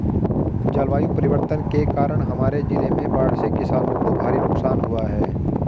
जलवायु परिवर्तन के कारण हमारे जिले में बाढ़ से किसानों को भारी नुकसान हुआ है